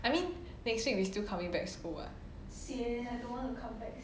I mean next week we still coming back to school [what]